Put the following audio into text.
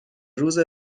روز